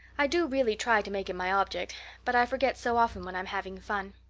i do really try to make it my object but i forget so often when i'm having fun.